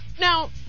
Now